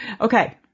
okay